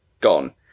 gone